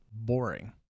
Boring